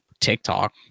TikTok